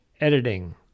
editing